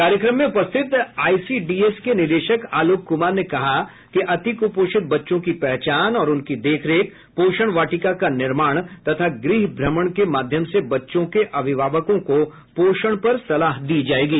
कार्यक्रम में उपस्थित आईसीडीएस के निदेशक आलोक कुमार ने कहा कि अतिक्पोषित बच्चों की पहचान और उनकी देखरेख पोषण वाटिका का निर्माण तथा गृह भ्रमण के माध्यम से बच्चों के अभिभावकों को पोषण पर सलाह दिये जायेंगे